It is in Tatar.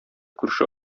күрше